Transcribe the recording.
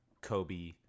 Kobe